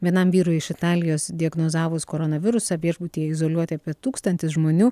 vienam vyrui iš italijos diagnozavus koronavirusą viešbutyje izoliuoti apie tūkstantis žmonių